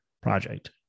project